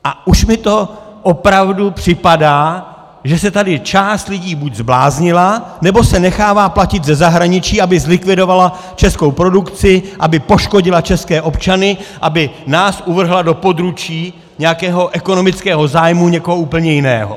A už mi to opravdu připadá, že se tady část lidí buď zbláznila, nebo se nechává platit ze zahraničí, aby zlikvidovala českou produkci, aby poškodila české občany, aby nás uvrhla do područí nějakého ekonomického zájmu někoho úplně jiného.